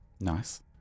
Nice